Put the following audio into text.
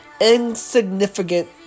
insignificant